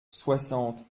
soixante